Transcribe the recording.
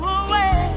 away